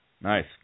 nice